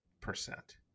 percent